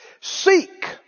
seek